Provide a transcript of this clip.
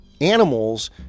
animals